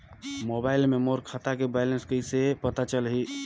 Mobile मे मोर खाता के बैलेंस कइसे पता चलही?